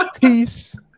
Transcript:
Peace